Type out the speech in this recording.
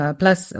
plus